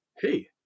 hey